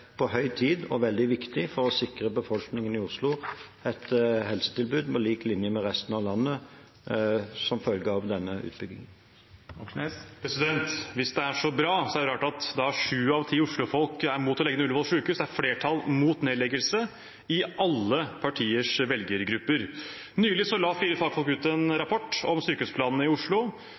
på høy tid og veldig viktig for å sikre befolkningen i Oslo et helsetilbud på lik linje med resten av landet, som følge av denne utbyggingen. Hvis det er så bra, er det rart at sju av ti Oslo-folk er mot å legge ned Ullevål sykehus. Det er flertall mot nedleggelse i alle partiers velgergrupper. Nylig la fire fagfolk fram en rapport om sykehusplanene i Oslo.